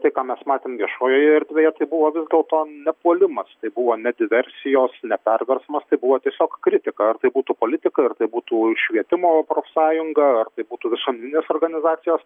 tai ką mes matėm viešojoje erdvėje tai buvo vis dėlto ne puolimas tai buvo ne diversijos ne perversmas tai buvo tiesiog kritika ar tai būtų politikai ar tai būtų švietimo profsąjunga ar tai būtų visuomeninės organizacijos